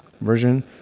version